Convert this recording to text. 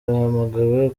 bahamagawe